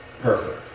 perfect